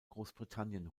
großbritannien